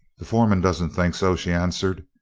the foreman doesn't think so, she answered.